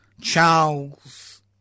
Charles